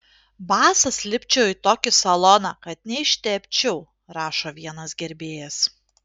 basas lipčiau į tokį saloną kad neištepčiau rašo vienas gerbėjas